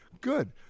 Good